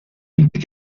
inti